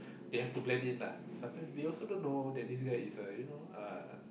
they have to blend in lah sometimes they also don't know that this guy is a you know uh